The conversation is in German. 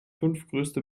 fünftgrößte